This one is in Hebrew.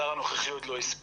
השר הנוכחי עוד לא הספיק.